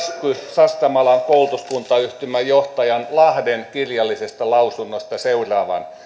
sastamalan koulutuskuntayhtymän johtajan lahden kirjallisesta lausunnosta seuraavan